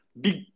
big